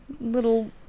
little